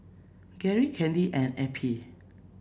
Gerry Candy and Eppie